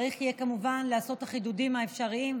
צריך יהיה כמובן לעשות את החידודים האפשריים.